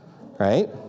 right